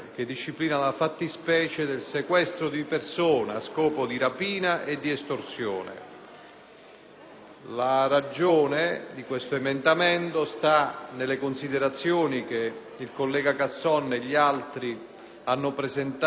La ragione di questo emendamento sta nelle considerazioni che il collega Casson e gli altri hanno presentato per tutti gli altri emendamenti. Nel caso specifico si comprenderà come